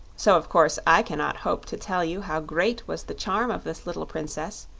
so of course i cannot hope to tell you how great was the charm of this little princess,